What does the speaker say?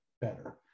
better